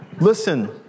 Listen